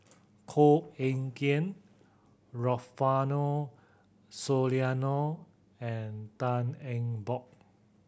Koh Eng Kian Rufino Soliano and Tan Eng Bock